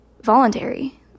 voluntary